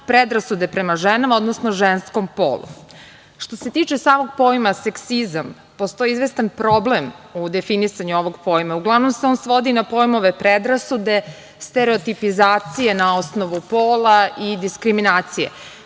predrasude prema ženama, odnosno ženskom polu. Što se tiče samog pojam seksizam postoji izvestan problem u definisanju ovog pojma. Uglavnom se on svodi na pojmove predrasude, stereotipizacije na osnovu pola i diskriminacije,